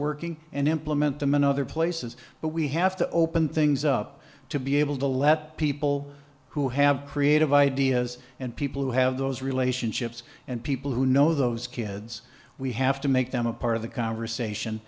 working and implement them in other places but we have to open things up to be able to let people who have creative ideas and people who have those relationships and people who know those kids we have to make them a part of the conversation